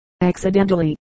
accidentally